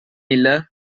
miller